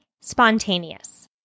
spontaneous